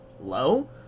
low